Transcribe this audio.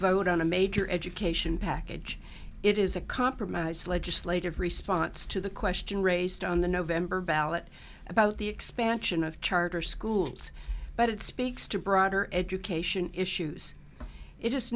vote on a major education package it is a compromise legislative response to the question raised on the november ballot about the expansion of charter schools but it speaks to broader education issues it